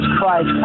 Christ